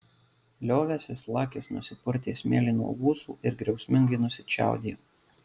liovęsis lakis nusipurtė smėlį nuo ūsų ir griausmingai nusičiaudėjo